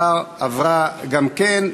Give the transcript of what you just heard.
עבירה הקשורה לספורט,